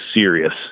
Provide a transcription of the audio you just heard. serious